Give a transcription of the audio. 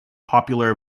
popular